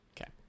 Okay